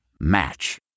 Match